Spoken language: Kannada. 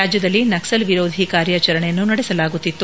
ರಾಜ್ಯದಲ್ಲಿ ನಕ್ಸಲ್ ವಿರೋಧಿ ಕಾರ್ಯಾಚರಣೆಯನ್ನು ನಡೆಸಲಾಗುತ್ತಿತ್ತು